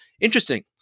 Interesting